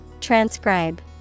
Transcribe